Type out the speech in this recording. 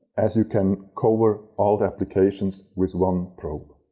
as you can cover all the applications with one probe.